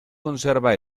conserva